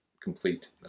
complete